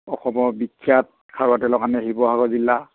অসমৰ বিখ্যাত খাৰুৱা তেলৰ কাৰণে শিৱসাগৰ জিলা